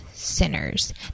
sinners